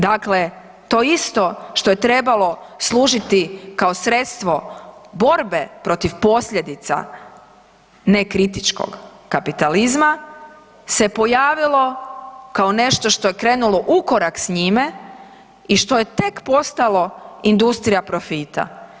Dakle, to isto što je trebalo služiti kao sredstvo borbe protiv posljedica nekritičkog kapitalizma, se pojavilo kao nešto što je krenulo ukorak s njime i što je tek postalo industrija profita.